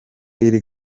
iri